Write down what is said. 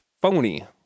phony